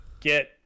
get